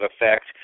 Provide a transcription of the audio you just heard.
effect